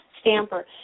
stamper